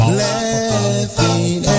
laughing